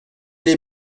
les